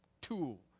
tool